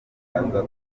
aza